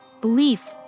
belief